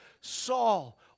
Saul